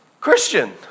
Christian